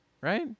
Right